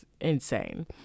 insane